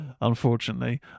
unfortunately